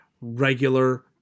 regular